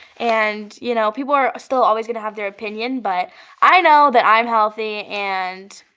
and you know people are still always going to have their opinion but i know that i'm healthy and.